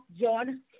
john